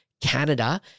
Canada